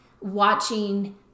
watching